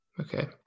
Okay